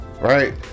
Right